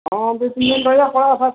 ହଁ ଦୁଇ ତିନି ଦିନ ରହିବା ପଳେଇବା